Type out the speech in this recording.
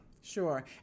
Sure